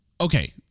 Okay